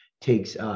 takes